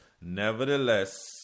Nevertheless